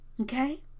okay